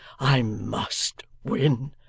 i must win.